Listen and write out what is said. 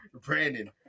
Brandon